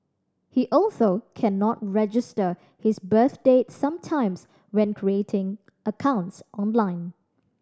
he also cannot register his birth date sometimes when creating accounts online